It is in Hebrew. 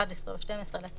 11 או 12 לצו,